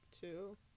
two